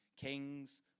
kings